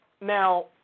now